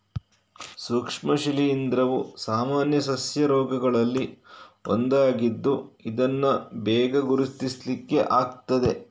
ಸೂಕ್ಷ್ಮ ಶಿಲೀಂಧ್ರವು ಸಾಮಾನ್ಯ ಸಸ್ಯ ರೋಗಗಳಲ್ಲಿ ಒಂದಾಗಿದ್ದು ಇದನ್ನ ಬೇಗ ಗುರುತಿಸ್ಲಿಕ್ಕೆ ಆಗ್ತದೆ